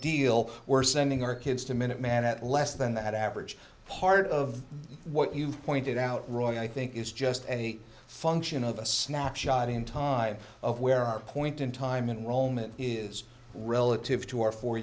deal we're sending our kids to minute man at less than that average part of what you pointed out roy i think is just a function of a snapshot in time of where our point in time in roman is relative to our fo